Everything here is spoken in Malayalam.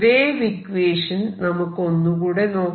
വേവ് ഇക്വേഷൻ നമുക്ക് ഒന്നുകൂടെ നോക്കാം